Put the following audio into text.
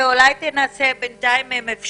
שאם הוא נופל כקרבן לאפליה מסוג זה או אחר,